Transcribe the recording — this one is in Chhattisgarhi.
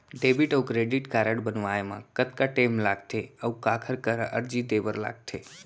डेबिट अऊ क्रेडिट कारड बनवाए मा कतका टेम लगथे, अऊ काखर करा अर्जी दे बर लगथे?